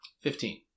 Fifteen